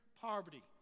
poverty